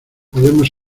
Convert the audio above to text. podemos